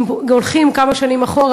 אם הולכים כמה שנים אחורה,